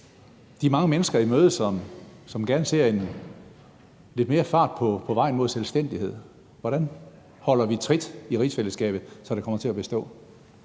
de mange mennesker i møde, som gerne ser, at der er lidt mere fart på vejen mod selvstændighed? Hvordan holder vi trit i rigsfællesskabet, så det kommer til at bestå?